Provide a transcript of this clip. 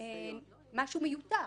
משהו מיותר